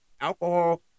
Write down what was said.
alcohol